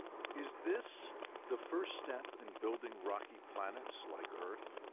is this the first step in building rocky planets like earth?